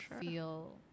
feel